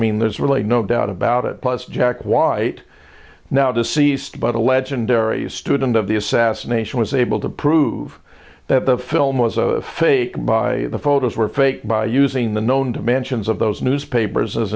mean there's really no doubt about it plus jack white now deceased but a legendary student of the assassination was able to prove that the film was a fake by the photos were faked by using the known to mansions of those newspapers